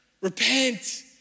repent